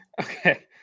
Okay